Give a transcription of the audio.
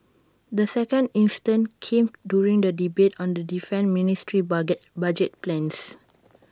the second instance came during the debate on the defence ministry's budget budget plans